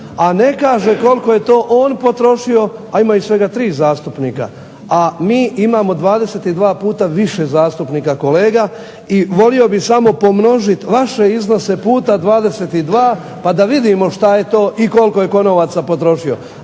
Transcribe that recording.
a ne kaže koliko je to on potrošio, a imaju svega 3 zastupnika, a mi imamo 22 puta više zastupnika kolega. I volio bih samo pomnožit vaše iznose puta 22 pa da vidimo šta je to i koliko je tko novaca potrošio.